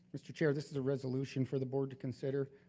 mr. chair, this is a resolution for the board to consider.